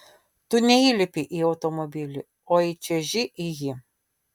tu neįlipi į automobilį o įčiuoži į jį